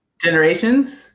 generations